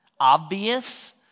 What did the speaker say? obvious